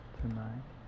tonight